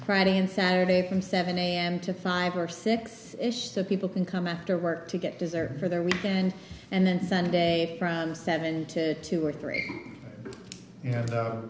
friday and saturday from seven am to five or six ish so people can come after work to get dessert for their weekend and then sunday from seven to two or three